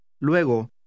Luego